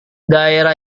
daerah